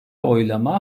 oylama